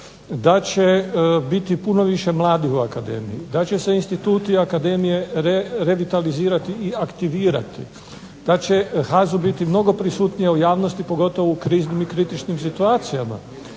Da će biti puno više mladih u Akademiji, da će se Statuti Akademije revitalizirati i aktivirati, da će HAZU biti mnogo prisutnija u javnosti pogotovo u kriznim situacijama,